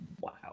Wow